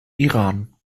iran